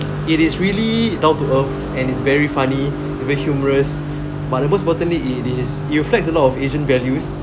it is really down to earth and it's very funny very humorous but most importantly it is it reflects a lot of asian values